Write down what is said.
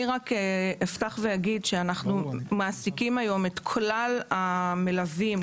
אנחנו מעסיקים היום את כלל המלווים,